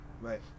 right